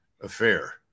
affair